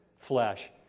flesh